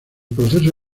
proceso